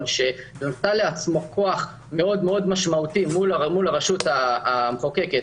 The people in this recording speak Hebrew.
שנטל לעצמו כוח משמעותי אל הרשות המחוקקת,